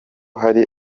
hari